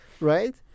Right